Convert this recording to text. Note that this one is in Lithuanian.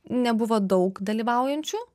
nebuvo daug dalyvaujančių